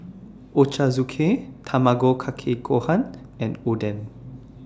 Ochazuke Tamago Kake Gohan and Oden